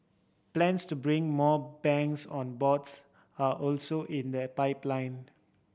plans to bring more banks on boards are also in the pipeline